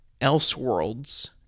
Elseworlds